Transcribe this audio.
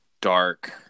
dark